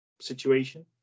situation